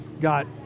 Got